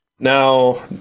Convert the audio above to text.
Now